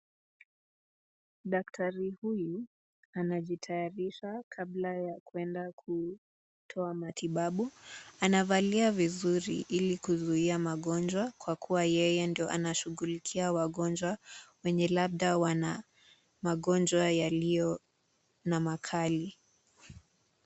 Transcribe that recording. Daktari huyu anajitayarisha kabla ya kwenda kutoa matibabu, anavalia vizuri ili kuzuia magonjwa kwa kuwa yeye anashughulikia wagonjwa wenye labda wana magonjwa yaliyo na makali.